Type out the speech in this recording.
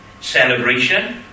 celebration